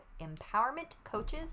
empowermentcoaches